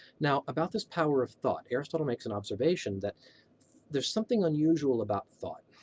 now, about this power of thought aristotle makes an observation that there's something unusual about thought.